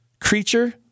creature